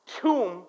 tomb